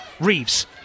Reeves